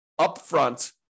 upfront